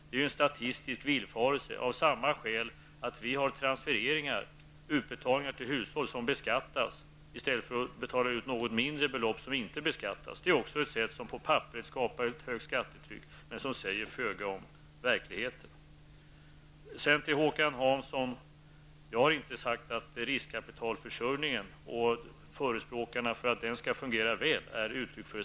Det är en statistisk villfarelse på samma sätt som när vi har transfereringar, utbetalningar till hushållen, som beskattas i stället för att betala ut något mindre belopp som inte beskattas. Det är också ett sätt att förfara som på papperet skapar ett högt skattetryck men som säger föga om verkligheten. Sedan till Håkan Hansson. Jag har inte sagt att riskkapitalförsörjningen och förespråkarna för att den skall fungera väl utgör ett särintresse.